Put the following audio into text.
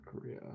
Korea